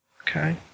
Okay